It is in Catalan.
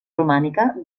romànica